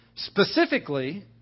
specifically